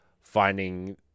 finding